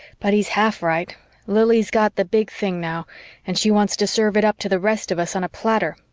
but he's half right lili's got the big thing now and she wants to serve it up to the rest of us on a platter,